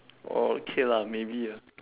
orh okay lah maybe ah